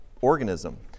organism